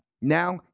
Now